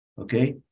Okay